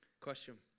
Question